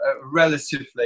relatively